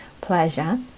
pleasure